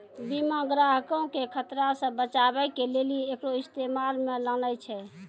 बीमा ग्राहको के खतरा से बचाबै के लेली एकरो इस्तेमाल मे लानै छै